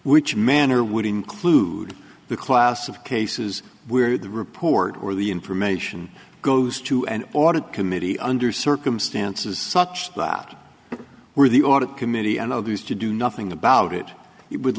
which manner would include the class of cases where the report or the information goes to an audit committee under circumstances such that we're the audit committee and others to do nothing about it he would